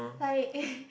like